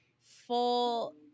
full